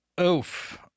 Oof